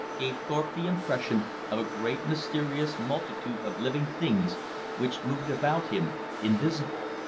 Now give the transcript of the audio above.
gave thorpe the impression of a great mysterious multitude of living things which moved about him invisible.